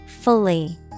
Fully